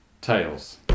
Tails